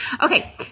Okay